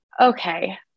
okay